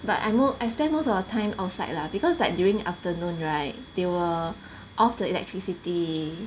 but I mo~ I spend most of the time outside lah because like during afternoon right they will off the electricity